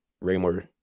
Raymore